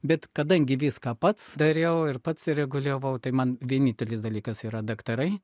bet kadangi viską pats dariau ir pats reguliavau tai man vienintelis dalykas yra daktarai